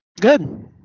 Good